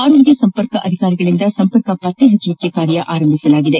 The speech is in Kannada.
ಆರೋಗ್ಯ ಸಂಪರ್ಕ ಅಧಿಕಾರಿಗಳಿಂದ ಸಂಪರ್ಕ ಪತ್ತೆಹಚ್ಚುವಿಕೆ ಕಾರ್ಯ ಪ್ರಾರಂಭಿಸಲಾಗಿದೆ